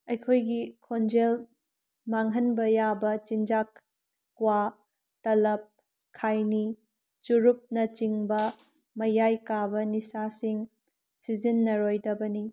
ꯑꯩꯈꯣꯏꯒꯤ ꯈꯣꯟꯖꯦꯜ ꯃꯥꯡꯍꯟꯕ ꯌꯥꯕ ꯆꯤꯟꯖꯥꯛ ꯀ꯭ꯋꯥ ꯇꯂꯕ ꯈꯩꯅꯤ ꯆꯨꯔꯨꯞꯅꯆꯤꯡꯕ ꯃꯌꯥꯏ ꯀꯥꯕ ꯅꯤꯁꯥꯁꯤꯡ ꯁꯤꯖꯤꯟꯅꯔꯣꯏꯗꯕꯅꯤ